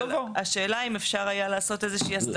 השאלה אם אפשר היה לעשות איזושהי הסדרה.